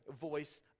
voice